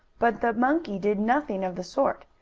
but the monkey did nothing of the sort.